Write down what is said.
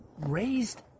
raised